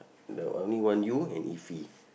the I only want you and iffy